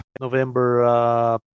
November